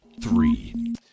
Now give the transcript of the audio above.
Three